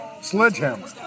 sledgehammer